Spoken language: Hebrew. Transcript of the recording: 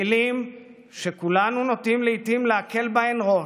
מילים שכולנו נוטים לעיתים להקל בהן ראש,